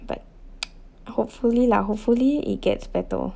but hopefully lah hopefully it gets better